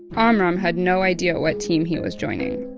ah amram had no idea what team he was joining.